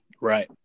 right